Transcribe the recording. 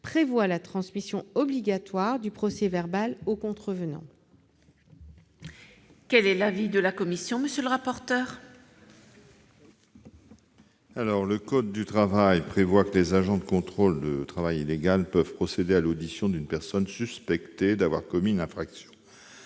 prévoir la transmission obligatoire du procès-verbal au contrevenant. Quel est l'avis de la commission ? Le code du travail prévoit que les agents de contrôle du travail illégal peuvent procéder à l'audition d'une personne suspectée d'avoir commis une infraction.